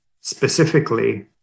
specifically